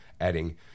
adding